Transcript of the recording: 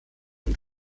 und